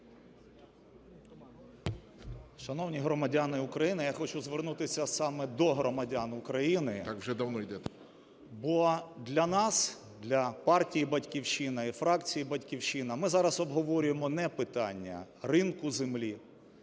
Шановні громадяни України! Я хочу звернутися саме до громадян України, бо для нас, для партії "Батьківщина" і фракції "Батьківщина", ми зараз обговорюємо не питання ринку землі,